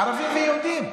ערבים ויהודים.